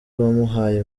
wamuhaye